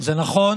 זה נכון